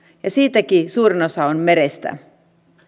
ja siitäkin suurin osa on merestä